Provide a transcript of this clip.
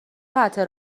قطع